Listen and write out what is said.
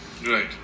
Right